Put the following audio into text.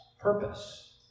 purpose